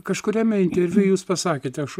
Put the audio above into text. kažkuriame interviu jūs pasakėte aš